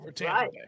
Right